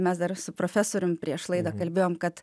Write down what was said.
mes dar su profesorium prieš laidą kalbėjom kad